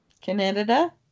Canada